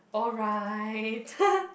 alright